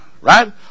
Right